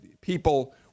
people